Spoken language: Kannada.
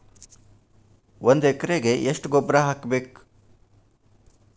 ಒಂದ್ ಎಕರೆಗೆ ಎಷ್ಟ ಗೊಬ್ಬರ ಹಾಕ್ಬೇಕ್?